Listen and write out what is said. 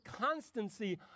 constancy